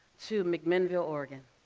to mcminnville, oregon.